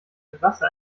terrasse